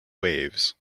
waves